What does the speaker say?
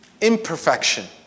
imperfection